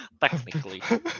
Technically